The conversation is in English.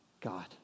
god